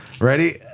Ready